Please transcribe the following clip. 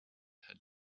had